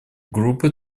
группы